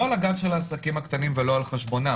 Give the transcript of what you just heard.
על הגב של העסקים הקטנים ולא על חשבונם.